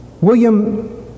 William